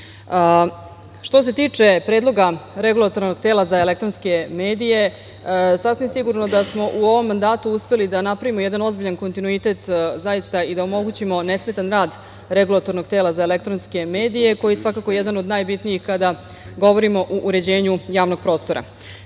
se tiče Predloga Regulatornog tela za elektronske medije, sasvim sigurno da smo u ovom mandatu uspeli da napravimo jedan ozbiljan kontinuitet zaista i da omogućimo nesmetan rad Regulatornog tela za elektronske medije, koji je svakako jedan od najbitnijih kada govorimo o uređenju javnog prostora. Podsetiću